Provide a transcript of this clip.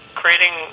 creating